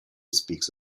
speaks